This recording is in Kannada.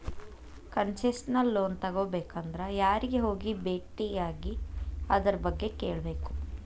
ಕನ್ಸೆಸ್ನಲ್ ಲೊನ್ ತಗೊಬೇಕಂದ್ರ ಯಾರಿಗೆ ಹೋಗಿ ಬೆಟ್ಟಿಯಾಗಿ ಅದರ್ಬಗ್ಗೆ ಕೇಳ್ಬೇಕು?